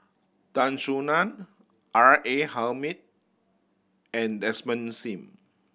Tan Soo Nan R A Hamid and Desmond Sim